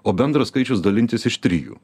o bendras skaičius dalintis iš trijų